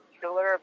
killer